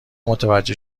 متوجه